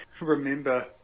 remember